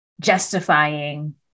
justifying